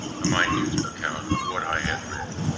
a minute account of what i had read,